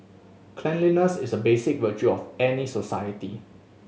cleanliness is a basic virtue of any society